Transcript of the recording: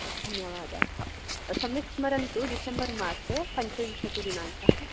धन्यवादाः सम्यक् स्मरन्तु डिसेम्बर् मासे पञ्चविंशति दिनाङ्कः